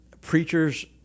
preachers